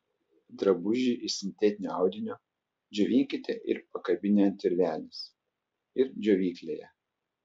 drabužį iš sintetinio audinio džiovinkite ir pakabinę ant virvelės ir džiovyklėje